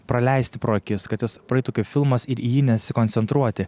praleisti pro akis kad jis praeitų kaip filmas ir į jį nesikoncentruoti